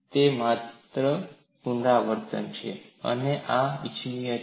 તે માત્ર પુનરાવર્તન છે અને આ ઇચ્છનીય છે